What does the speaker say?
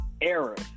errors